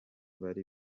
bari